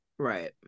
Right